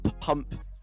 pump